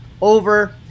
over